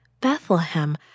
Bethlehem